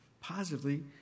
positively